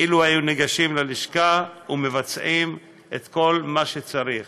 אילו הם היו ניגשים ללשכה ומבצעים את כל מה שצריך.